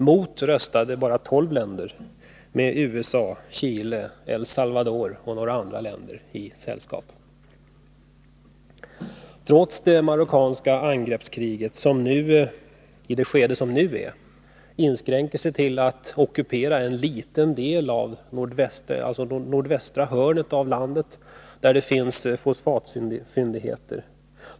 Mot röstade bara 12 länder, nämligen USA med Chile, El Salvador och några andra länder i sällskap. Det marockanska angreppskriget inskränker sig i det skede som nu råder till att Marocko ockuperar en liten del av nordvästra hörnet av landet där det finns fosfatfyndigheter.